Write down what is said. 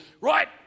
Right